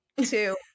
two